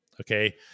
Okay